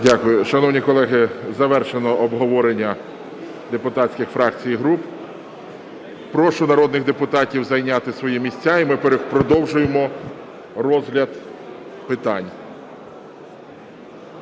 Дякую. Шановні колеги, завершено обговорення депутатських фракцій і груп. Прошу народних депутатів зайняти свої місця і ми продовжуємо розгляд питань.